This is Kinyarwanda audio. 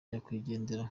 nyakwigendera